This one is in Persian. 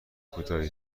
کوتاهی